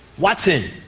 watson.